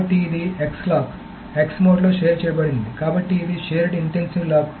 కాబట్టి ఇది X lock X మోడ్లో షేర్ చేయబడినది కాబట్టి ఇది షేర్డ్ ఇంటెన్సివ్ లాక్